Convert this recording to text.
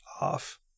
off